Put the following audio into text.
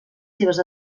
seves